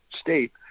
state